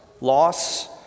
loss